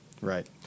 Right